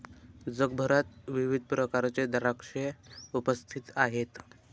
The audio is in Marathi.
जगभरात विविध प्रकारचे द्राक्षे उपस्थित आहेत